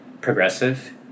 progressive